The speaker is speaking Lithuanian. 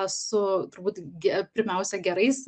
su turbūt ge pirmiausia gerais